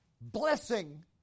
blessing